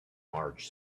marge